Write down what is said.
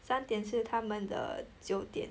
三点是他们的九点